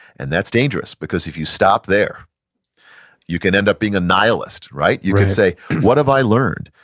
and that's dangerous, because if you stop there you can end up being a nihilist, right? you could say what have i learned?